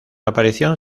aparición